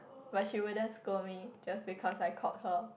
but she wouldn't scold me just because I called her